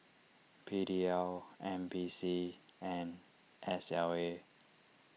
P D L N P C and S L A